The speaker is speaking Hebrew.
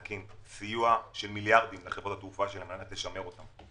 סיוע של מיליארדים לחברות התעופה כדי לשמר אותם.